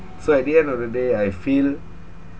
so at the end of the day I feel